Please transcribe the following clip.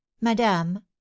madame